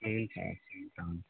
हुन्छ हुन्छ